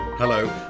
Hello